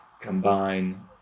combine